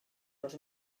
dos